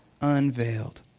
unveiled